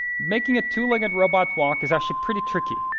making a two-legged robot walk is actually pretty tricky,